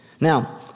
Now